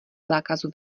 zákazu